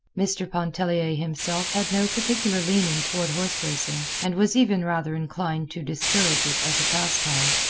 mr. pontellier himself had no particular leaning toward horseracing, and was even rather inclined to discourage it as a pastime,